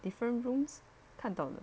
different rooms 看到了